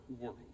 world